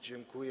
Dziękuję.